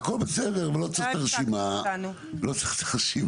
הכל בסדר אבל לא צריך את הרשימה.